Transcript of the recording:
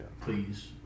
Please